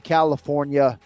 California